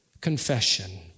confession